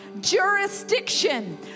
jurisdiction